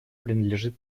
принадлежит